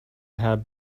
had